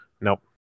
Nope